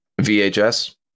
VHS